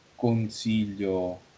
consiglio